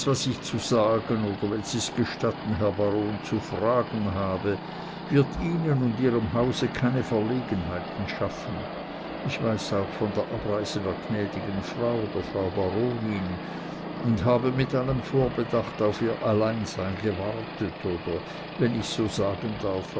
was ich zu sagen oder wenn sie's gestatten herr baron zu fragen habe wird ihnen und ihrem hause keine verlegenheiten schaffen ich weiß auch von der abreise der gnädigen frau der frau baronin und habe mit allem vorbedacht auf ihr alleinsein gewartet oder wenn ich so sagen darf